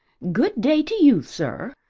good day to you, sir,